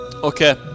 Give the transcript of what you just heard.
Okay